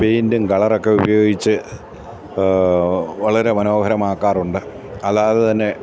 പെയിൻറ്റും കളറുമൊക്കെ ഉപയോഗിച്ച് വളരെ മനോഹരമാക്കാറുണ്ട് അല്ലാതെ തന്നെ